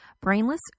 brainless